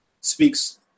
speaks